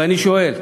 ואני שואל: